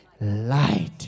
light